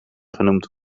genoemd